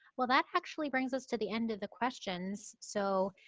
well that actually brings us to the end of the questions. so,